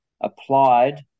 applied